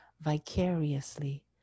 vicariously